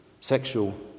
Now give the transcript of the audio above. sexual